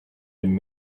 been